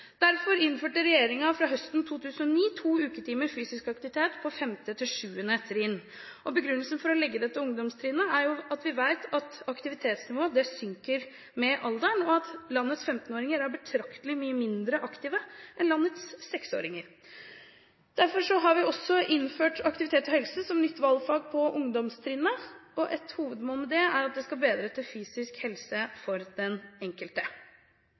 derfor innførte regjeringen fra høsten 2009 to uketimer fysisk aktivitet for 5. til 7. trinn. Begrunnelsen for å legge det til ungdomstrinnet er at vi vet at aktivitetsnivået synker med alderen, og at landets 15-åringer er betraktelig mye mindre aktive enn landets seksåringer. Derfor har vi også innført aktivitet og helse som nytt valgfag på ungdomstrinnet. Hovedmålet med det er at det skal gi bedre fysisk helse for den enkelte.